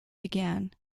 began